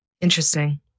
Interesting